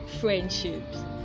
friendships